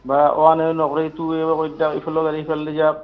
বা one way নকৰি two way কৰি দিয়ক ইফালৰ গাড়ী সিফালে যাক